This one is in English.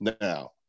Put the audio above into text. now